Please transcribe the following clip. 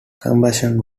combustion